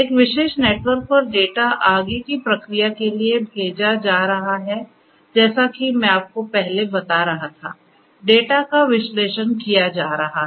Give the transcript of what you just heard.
एक विशेष नेटवर्क पर डेटा आगे की प्रक्रिया के लिए भेजा जा रहा है जैसा कि मैं आपको पहले बता रहा था डेटा का विश्लेषण किया जा रहा है